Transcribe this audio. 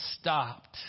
stopped